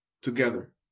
together